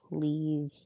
please